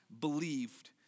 Believed